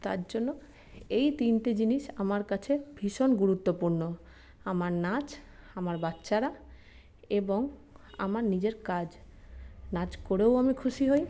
তার জন্য এই তিনটে জিনিস আমার কাছে ভীষণ গুরুত্বপূর্ণ আমার নাচ আমার বাচ্চারা এবং আমার নিজের কাজ নাচ করেও আমি খুশি হই